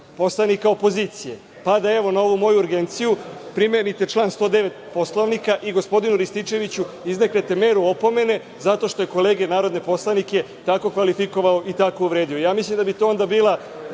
poslanika opozicije, pa da, evo, na ovu moju urgenciju primenite član 109. Poslovnika, i gospodinu Rističeviću izreknete meru opomene zato što je kolege, narodne poslanike, tako kvalifikovao i tako uvredio. Mislim da bi to onda bio